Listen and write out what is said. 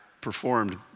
performed